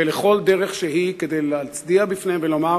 ולכל דרך שהיא כדי להצדיע בפניהם ולומר